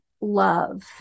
love